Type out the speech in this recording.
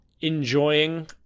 enjoying